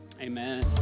amen